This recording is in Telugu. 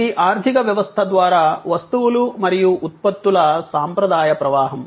ఇది ఆర్థిక వ్యవస్థ ద్వారా వస్తువులు మరియు ఉత్పత్తుల సాంప్రదాయ ప్రవాహం